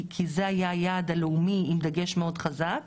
כי זה היה היעד הלאומי עם דגש מאד חזק,